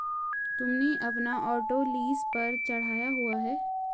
तुमने अपना auto lease पर चढ़ाया हुआ है?